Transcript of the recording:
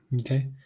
okay